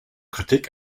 kritik